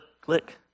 click